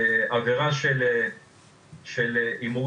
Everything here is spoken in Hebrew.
עבירה של הימורים,